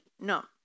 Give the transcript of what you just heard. no